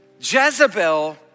Jezebel